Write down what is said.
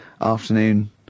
afternoon